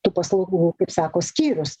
tų paslaugų kaip sako skyrius